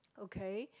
okay